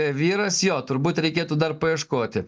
vyras jo turbūt reikėtų dar paieškoti